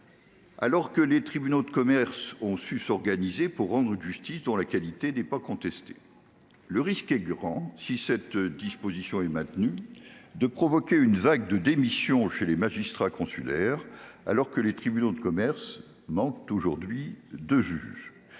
alors que les tribunaux de commerce ont su s'organiser pour rendre une justice dont la qualité n'est pas contestée. Le risque est grand, si cette disposition est maintenue, de provoquer une vague de démissions chez les magistrats consulaires alors que les tribunaux de commerce manquent aujourd'hui de juges.